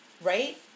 Right